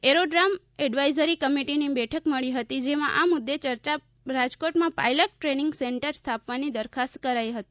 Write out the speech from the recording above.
aerodrome advisory કમિટિની બેઠક મળી હતી જેમાં આ મુદ્દે ચર્ચા બાદ રાજકોટમાં પાઇલટ ટ્રેનિંગ સેન્ટર સ્થાપવાની દરખાસ્ત કરાઈ હતી